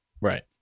right